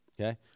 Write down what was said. Okay